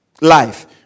life